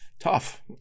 tough